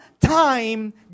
time